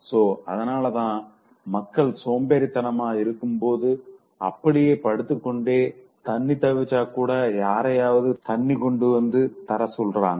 so அதனாலதா மக்கள் சோம்பேரித்தனமா இருக்கும்போது அப்படியே படுத்துக்கொண்டு தண்ணி தவிச்சா கூட யாரையாவது தண்ணி கொண்டுவந்து தர சொல்றாங்க